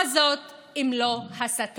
מה זה אם לא הסתה?